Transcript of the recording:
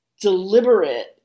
deliberate